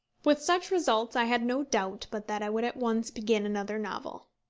with such results i had no doubt but that i would at once begin another novel.